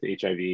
HIV